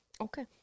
Okay